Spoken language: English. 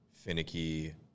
finicky